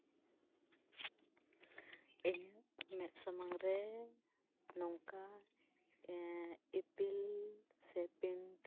ᱤᱧ ᱢᱮᱫ ᱥᱟᱢᱟᱝ ᱨᱮ ᱱᱚᱝᱠᱟ ᱤᱯᱤᱞ ᱥᱮ ᱯᱤᱱᱰ